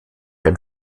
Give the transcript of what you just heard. denn